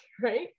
Right